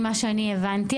ממה שאני הבנתי,